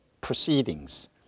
proceedings